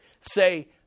say